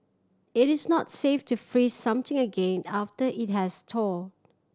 it is not safe to freeze something again after it has thawed